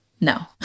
no